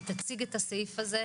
היא תציג את הסעיף הזה,